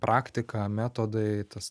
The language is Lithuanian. praktika metodai tas